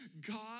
God